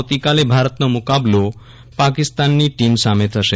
આવતી કાલે ભારતનો મુકાબલો પાકિસ્તાનની ટીમ સામે થશે